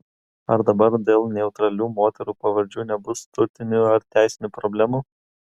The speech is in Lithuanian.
ar dabar dėl neutralių moterų pavardžių nebus turtinių ar teisinių problemų